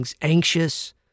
anxious